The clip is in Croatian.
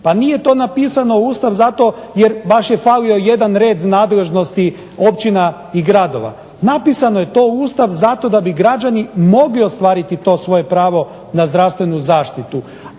Pa nije to napisano u Ustav jer eto baš je falio jedan red nadležnosti općina i gradova. Napisano je to u Ustav zato da bi građani mogli ostvariti to svoje pravo na zdravstvenu zaštitu.